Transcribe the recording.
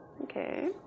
Okay